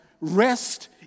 Rest